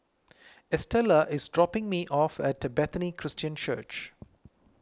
Estella is dropping me off at Bethany Christian Church